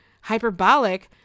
hyperbolic